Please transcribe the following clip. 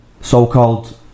so-called